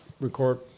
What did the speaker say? record